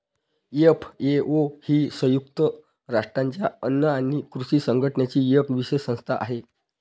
FAO ही संयुक्त राष्ट्रांच्या अन्न आणि कृषी संघटनेची एक विशेष संस्था आहे